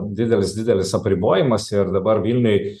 didelis didelis apribojimas ir dabar vilniuj